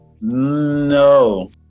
No